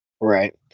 Right